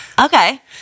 Okay